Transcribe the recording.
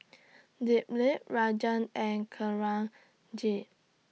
Dilip Rajan and Kanwaljit